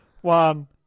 One